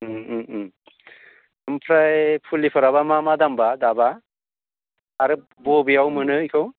उम उम उम ओमफ्राय फुलिफोराबा मा मा दामबा दाबा आरो बबेयाव मोनो इखौ